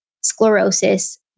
sclerosis